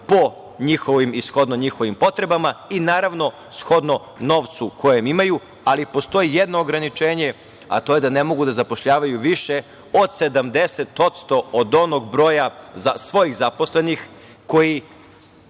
po njihovim i shodno njihovim potrebama i naravno, shodno novcu koji imaju. Ali, postoji jedno ograničenje, a to je da ne mogu da zapošljavaju više od 70% od onog broja svojih zaposlenih koji